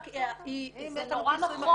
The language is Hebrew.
זה נורא נכון.